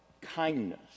kindness